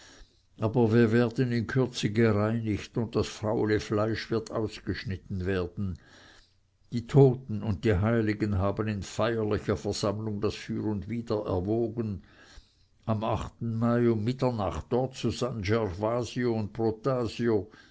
aber wir werden in kürze gereinigt und das faule fleisch wird ausgeschnitten werden die toten und die heiligen haben in feierlicher versammlung das für und wider erwogen am achten mai um mitternacht dort zu san